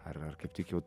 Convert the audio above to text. ar ar kaip tik jau